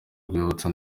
urwibutso